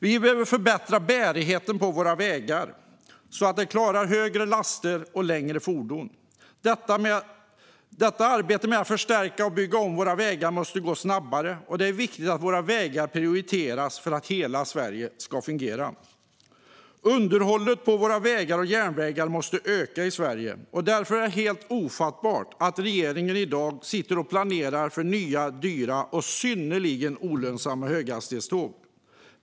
Vi behöver förbättra bärigheten på våra vägar, så att de klarar högre laster och längre fordon. Detta arbete med att förstärka och bygga om våra vägar måste gå snabbare, och det är viktigt att våra vägar prioriteras för att hela Sverige ska fungera. Underhållet av våra vägar och järnvägar måste öka i Sverige. Därför är det helt ofattbart att regeringen i dag sitter och planerar nya, dyra och synnerligen olönsamma höghastighetståg.